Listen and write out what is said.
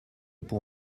pour